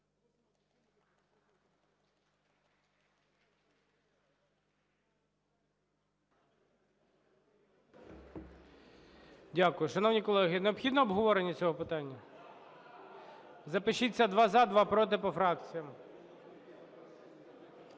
Дякую. Шановні колеги, необхідне обговорення цього питання? Запишіть: два – за, два – проти - по фракціям.